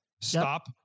Stop